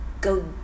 go